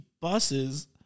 buses –